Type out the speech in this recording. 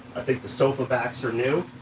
i think the sofa backs are new